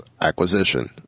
acquisition